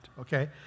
Okay